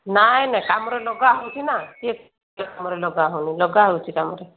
ନାହିଁ ନାହିଁ କାମରେ ଲଗା ହେଉଛି ନା କିଏ କହିଲା କାମରେ ଲଗା ହେଉନାହିଁ ଲଗା ହେଉଛି କାମରେ